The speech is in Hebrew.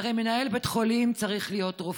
הרי מנהל בית חולים צריך להית רופא,